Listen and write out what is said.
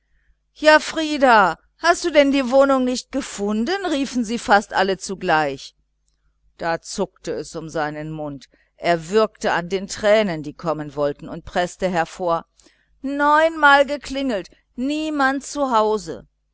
ja frieder hast du denn die wohnung nicht gefunden riefen sie fast alle zugleich da zuckte es um seinen mund er würgte an den tränen die kommen wollten und preßte hervor neunmal geklingelt niemand